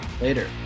Later